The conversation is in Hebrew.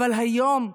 אבל היום,